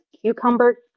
cucumber